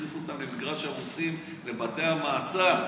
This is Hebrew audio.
הכניסו אותן למגרש הרוסים לבתי המעצר,